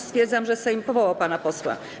Stwierdzam, że Sejm powołał pana posła.